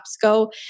go